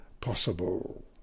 possible